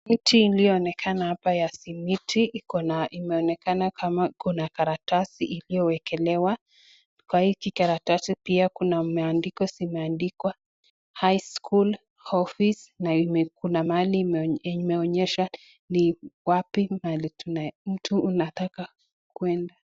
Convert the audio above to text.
Miti iliyoonekana hapa ya simiti iko na imeonekana kama iko na karatasi iliyo wekelewa, kwa hiki karatasi pia kuna maandiko zimeandikwa High school office na kuna mahali imeonyesha ni wapi mahali mtu unataka kuenda.